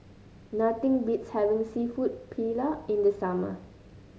nothing beats having seafood Paella in the summer